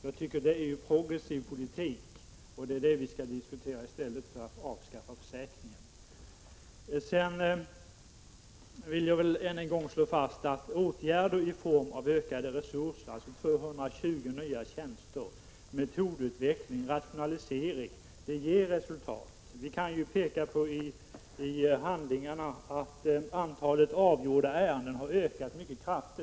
Det är ju en progressiv politik, och det är det vi skall diskutera i stället för att tala om att försäkringen skall avskaffas. Jag vill än en gång slå fast att åtgärder i form av ökade resurser — alltså 220 nya tjänster, metodutveckling, rationalisering — ger resultat. Vi kan ju peka på att det av handlingarna framgår att antalet avgjorda ärenden har ökat mycket kraftigt.